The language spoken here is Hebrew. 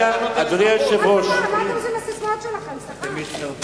מה אתם עושים עם הססמאות שלכם, סליחה?